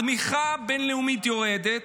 התמיכה הבין-לאומית יורדת,